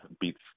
beats